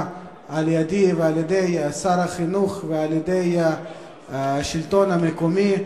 על-ידי ועל-ידי שר החינוך והשלטון המקומי.